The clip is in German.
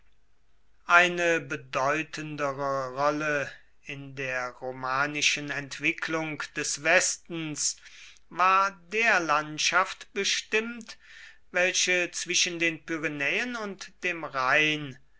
eine bedeutendere rolle in der romanischen entwicklung des westens war der landschaft bestimmt welche zwischen den pyrenäen und dem rheine